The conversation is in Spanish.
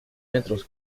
metros